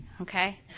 Okay